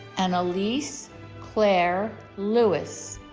annalise clare lewis